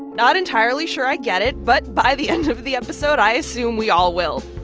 not entirely sure i get it, but by the end of the episode, i assume we all will.